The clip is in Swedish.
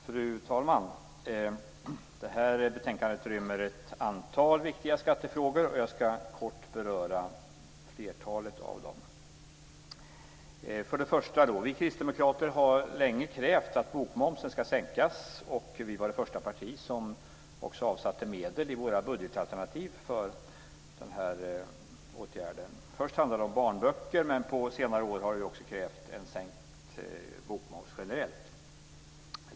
Fru talman! Det här betänkandet rymmer ett antal viktiga skattefrågor. Jag ska kort beröra flertalet av dem. För det första har vi kristdemokrater länge krävt att bokmomsen ska sänkas. Vi var det första parti som också avsatte medel i våra budgetalternativ för den åtgärden. Först handlade det om barnböcker, men på senare år har vi också krävt en sänkt bokmoms generellt.